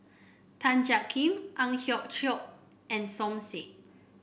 Tan Jiak Kim Ang Hiong Chiok and Som Said